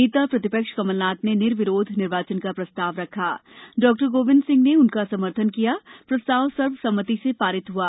नेता प्रतिपक्ष कमल नाथ ने निर्विरोध निर्वाचन का प्रस्ताव रखा डॉक्टर गोविंद सिंह ने उनका समर्थन किया प्रस्ताव सर्वसम्मति से पारित हआ